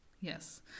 Yes